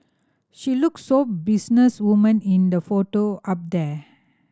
she look so business woman in the photo up there